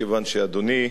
כיוון שאדוני,